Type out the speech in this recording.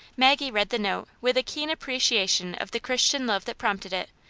maggie read the note with a keen appreciation of the christian love that prompted it,